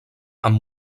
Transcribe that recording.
amb